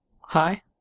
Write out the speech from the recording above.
Hi